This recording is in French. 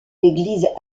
l’église